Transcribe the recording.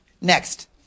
Next